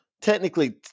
technically